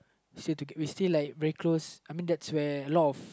still we still very close that's like where there's a lot